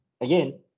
again